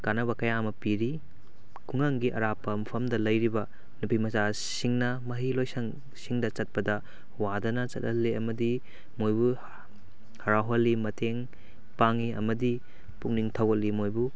ꯀꯥꯟꯅꯕ ꯀꯌꯥ ꯑꯃ ꯄꯤꯔꯤ ꯈꯨꯡꯒꯪꯒꯤ ꯑꯔꯥꯞꯄ ꯃꯐꯝꯗ ꯂꯩꯔꯤꯕ ꯅꯨꯄꯤ ꯃꯆꯥꯁꯤꯡꯅ ꯃꯍꯩ ꯂꯣꯏꯁꯪꯁꯤꯡꯗ ꯆꯠꯄꯗ ꯋꯥꯗꯅ ꯆꯠꯍꯜꯂꯤ ꯑꯃꯗꯤ ꯃꯣꯏꯕꯨ ꯍꯔꯥꯎꯍꯜꯂꯤ ꯃꯇꯦꯡ ꯄꯥꯡꯉꯤ ꯑꯃꯗꯤ ꯄꯨꯛꯅꯤꯡ ꯊꯧꯒꯠꯂꯤ ꯃꯣꯏꯕꯨ